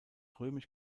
römisch